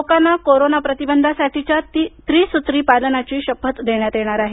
लोकांना कोरोना प्रतिबंधासाठीच्या त्रिसूत्री पालनाची शपथ देण्यात येणार आहे